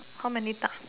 how many duck